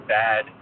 bad